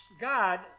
God